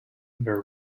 river